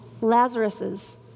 Lazarus's